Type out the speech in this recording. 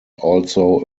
also